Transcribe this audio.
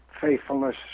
faithfulness